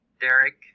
Derek